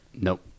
Nope